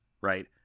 right